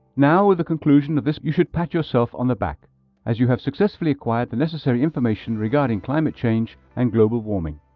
now with the conclusion of this, you should pat yourself on the back as you have successfully acquired the necessary information regarding climate change and global warming.